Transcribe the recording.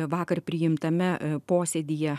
vakar priimtame posėdyje